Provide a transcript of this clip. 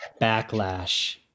backlash